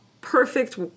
perfect